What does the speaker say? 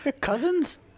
cousins